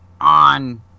on